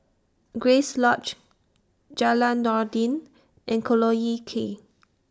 Grace Lodge Jalan Noordin and Collyer Quay